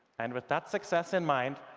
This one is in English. and with that success in mind,